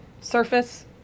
Surface